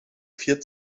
vier